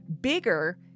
Bigger